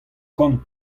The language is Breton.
kant